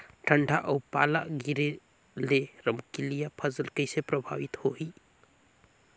ठंडा अउ पाला गिरे ले रमकलिया फसल कइसे प्रभावित होही?